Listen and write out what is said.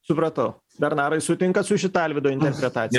supratau bernarai sutinkat su šita alvydo interpretacija